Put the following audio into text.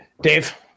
dave